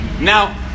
Now